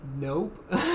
Nope